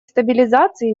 стабилизации